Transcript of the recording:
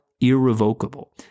irrevocable